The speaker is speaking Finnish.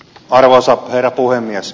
arvoisa herra puhemies